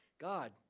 God